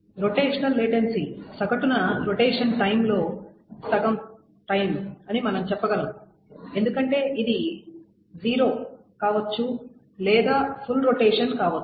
rotational latency సగటున rotation time లో సగం సమయం అని మనం చెప్పగలం ఎందుకంటే ఇది 0 కావచ్చు లేదా ఫుల్ రొటేషన్ కావచ్చు